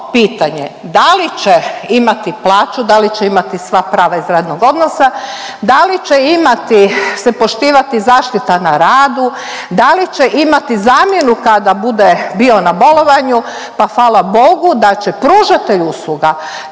pitanje da li će imati plaću, da li će imati sva prava iz radnog odnosa, da li će imati se poštivati zaštita na radu, da li će imati zamjenu kada bude bio na bolovanju. Pa hvala bogu da će pružatelj usluga